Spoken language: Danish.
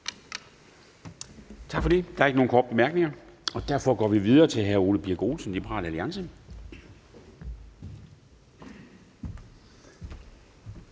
Tak for det. Der er ikke nogen korte bemærkninger, og derfor går vi videre til hr. Ole Birk Olesen, Liberal Alliance.